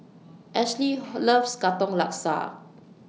Ashli loves Katong Laksa